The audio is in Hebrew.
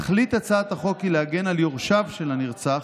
תכלית הצעת החוק היא להגן על יורשיו של הנרצח,